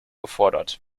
gefordert